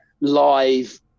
live